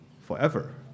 forever